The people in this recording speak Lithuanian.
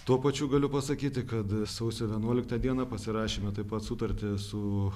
tuo pačiu galiu pasakyti kad sausio vienuoliktą dieną pasirašėme taip pat sutartį su